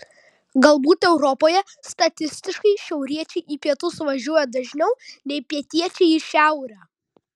galbūt europoje statistiškai šiauriečiai į pietus važiuoja dažniau nei pietiečiai į šiaurę